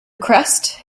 crest